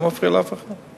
זה לא מפריע לאף אחד.